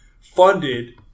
funded